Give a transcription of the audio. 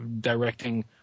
directing